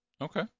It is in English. Okay